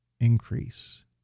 increase